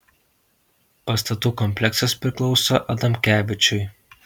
pastatų kompleksas priklauso adamkevičiui